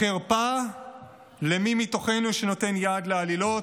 החרפה למי מתוכנו שנותן יד לעלילות,